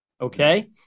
okay